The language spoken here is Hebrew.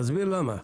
תסביר למה.